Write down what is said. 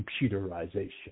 computerization